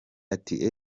ati